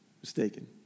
Mistaken